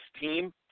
team